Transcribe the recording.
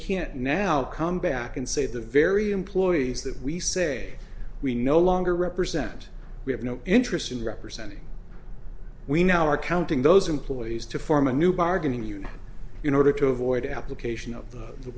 can't now come back and say the very employees that we say we no longer represent we have no interest in representing we now are counting those employees to form a new bargaining unit you know order to avoid application of